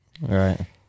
Right